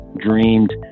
dreamed